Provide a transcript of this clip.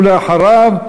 ואחריו,